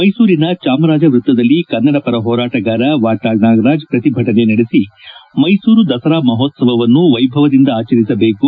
ಮೈಸೂರಿನ ಚಾಮರಾಜ ವೃತ್ತದಲ್ಲಿ ಕನ್ನಡ ಪರ ಹೋರಾಟಗಾರ ವಾಟಾಳ್ ನಾಗರಾಜ್ ಪ್ರತಿಭಟನೆ ನಡೆಸಿ ಮೈಸೂರು ದಸರಾ ಮಹೋತ್ಸವವನ್ನು ವೈಭವದಿಂದ ಆಚರಿಸಬೇಕು